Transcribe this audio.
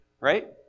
Right